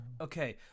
Okay